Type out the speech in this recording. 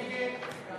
נגד.